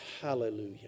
Hallelujah